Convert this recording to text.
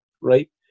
Right